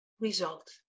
result